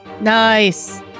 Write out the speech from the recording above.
Nice